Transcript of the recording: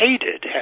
hated